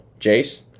Jace